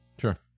Sure